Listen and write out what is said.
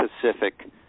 Pacific